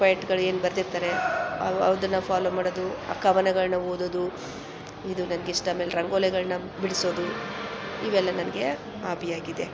ಪಾಯಿಂಟ್ಗಳು ಏನು ಬರೆದಿರ್ತಾರೆ ಅವು ಅದನ್ನು ಫಾಲೋ ಮಾಡೋದು ಆ ಕವನಗಳನ್ನ ಓದೋದು ಇದು ನನ್ಗೆ ಇಷ್ಟ ಆಮೇಲೆ ರಂಗೋಲಿಗಳನ್ನ ಬಿಡಿಸೋದು ಇವೆಲ್ಲ ನನಗೆ ಆಬಿಯಾಗಿದೆ